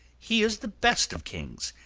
he is the best of kings,